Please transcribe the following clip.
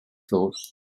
thought